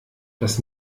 das